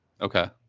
okay